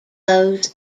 those